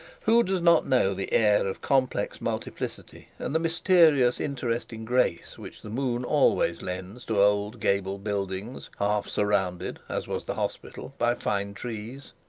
who does not know the air of complex multiplicity and the mysterious interesting grace which the moon always lends to old gabled buildings half surrounded, as was the hospital, by fine trees!